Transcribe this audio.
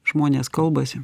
žmonės kalbasi